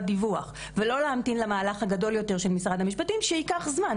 דיווח ולא להמתין למהלך הגדול יותר של משרד המשפטים שהוא ייקח זמן,